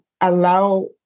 allow